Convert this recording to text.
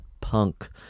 punk